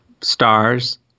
stars